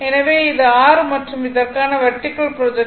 எனவே இது r மற்றும் இதற்கான வெர்டிகல் ப்ரொஜெக்ஷன் 39